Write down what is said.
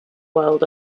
world